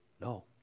No